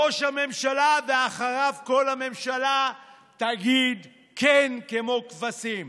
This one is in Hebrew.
ראש הממשלה, ואחריו כל הממשלה תגיד כן, כמו כבשים.